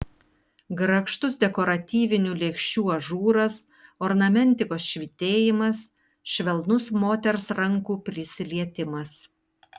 grakštus dekoratyvinių lėkščių ažūras ornamentikos švytėjimas švelnus moters rankų prisilietimas